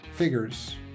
figures